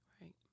Right